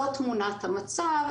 זו תמונת המצב.